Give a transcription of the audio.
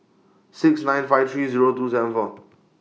six nine five three Zero two seven four